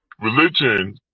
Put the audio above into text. religion